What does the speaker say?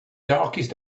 darkest